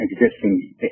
existing